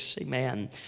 Amen